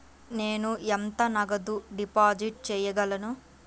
నేను ఎంత నగదు డిపాజిట్ చేయగలను?